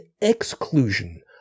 exclusion